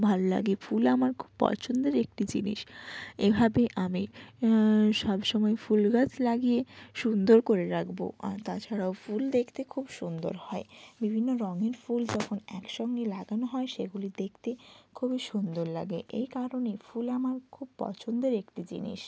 ভাল লাগে ফুল আমার খুব পছন্দের একটি জিনিস এভাবে আমি সব সময় ফুল গাছ লাগিয়ে সুন্দর করে রাখব তাছাড়াও ফুল দেখতে খুব সুন্দর হয় বিভিন্ন রঙের ফুল যখন একসঙ্গে লাগানো হয় সেগুলি দেখতে খুবই সুন্দর লাগে এই কারণেই ফুল আমার খুব পছন্দের একটি জিনিস